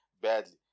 badly